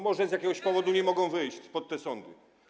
Może z jakiegoś powodu nie mogą wyjść pod te sądy.